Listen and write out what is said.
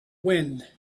wind